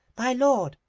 my lord,